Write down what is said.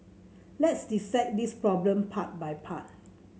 let's dissect this problem part by part